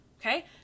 Okay